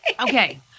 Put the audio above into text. Okay